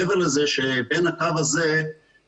מעבר לזה שבין הקו ה זה המתץוכנן